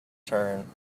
turn